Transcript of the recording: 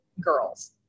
girls